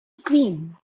scream